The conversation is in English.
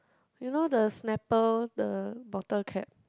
you know the snapper the bottle cap